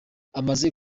amaze